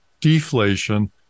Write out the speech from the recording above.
deflation